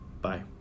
Bye